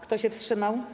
Kto się wstrzymał?